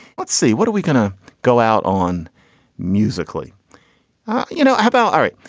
let's see, what are we going to go out on musically you know about. all right.